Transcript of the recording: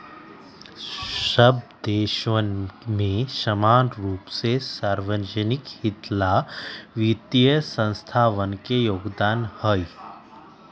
सब देशवन में समान रूप से सार्वज्निक हित ला वित्तीय संस्थावन के योगदान हई